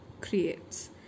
creates